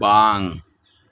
ᱵᱟᱝ